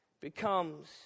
becomes